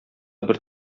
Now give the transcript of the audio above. бер